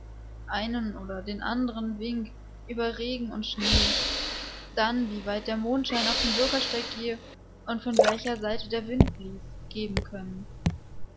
einen oder den andern wink über regen und schnee dann wie weit der mondschein auf dem bürgersteig gehe und von welcher seite der wind blies geben können